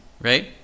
right